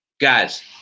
Guys